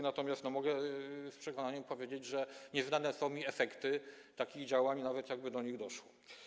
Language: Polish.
Natomiast mogę z przekonaniem powiedzieć, że nieznane są mi efekty takich działań, nawet gdyby do nich doszło.